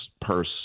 purse